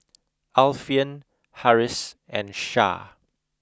Alfian Harris and Shah